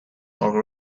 are